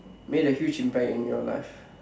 made a huge impact in your life